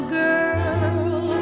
girl